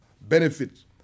benefits